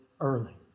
early